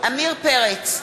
עמיר פרץ,